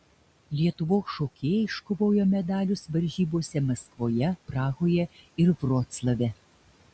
lietuvos šokėjai iškovojo medalius varžybose maskvoje prahoje ir vroclave